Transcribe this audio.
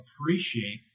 appreciate